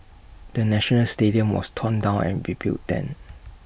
the national stadium was torn down and rebuilt then